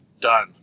done